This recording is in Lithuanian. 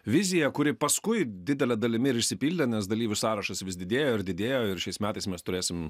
vizija kuri paskui didele dalimi ir išsipildė nes dalyvių sąrašas vis didėjo ir didėjo ir šiais metais mes turėsim